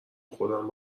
خوردن